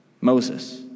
Moses